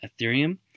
Ethereum